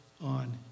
on